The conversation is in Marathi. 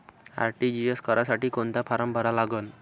आर.टी.जी.एस करासाठी कोंता फारम भरा लागन?